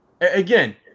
again